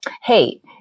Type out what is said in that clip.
hey